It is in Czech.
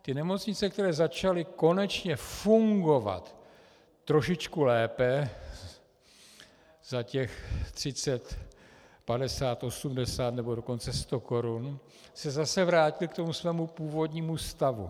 Ty nemocnice, které začaly konečně fungovat trošičku lépe za těch 30 50 80 nebo dokonce 100 korun, se zase vrátily k tomu svému původnímu stavu.